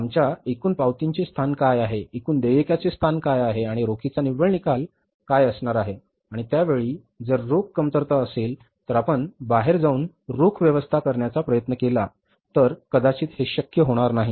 आमच्या एकूण पावतींचे स्थान काय आहे एकूण देयकाचे स्थान काय आहे आणि रोखीचा निव्वळ निकाल काय असणार आहे आणि त्या वेळी जर रोख कमतरता असेल तर आपण बाहेर जाऊन रोख व्यवस्था करण्याचा प्रयत्न केला तर कदाचित हे शक्य होणार नाही